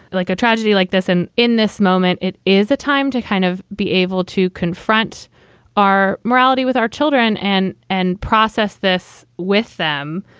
like a tragedy like this. and in this moment, it is a time to kind of be able to confront our morality with our children and and process this with them,